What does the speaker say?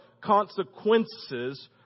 Consequences